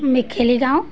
মেখেলি গাঁও